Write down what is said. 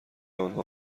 آنها